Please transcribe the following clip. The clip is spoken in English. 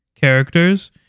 characters